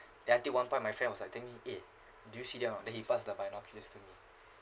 then until one point my friend was I think eh did you see there or not then he passed the binoculars to me